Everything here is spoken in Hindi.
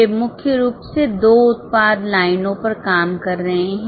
वे मुख्य रूप से दो उत्पाद लाइनों पर काम कर रहे हैं